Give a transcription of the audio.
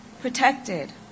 protected